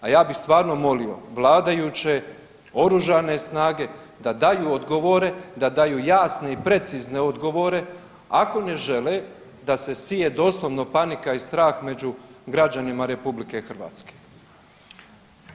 A ja bih stvarno molio vladajuće, Oružane snage da daju odgovore, da daju jasne i precizne odgovore ako ne žele da se sije doslovno panika i strah među građanima Republike Hrvatske.